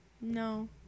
no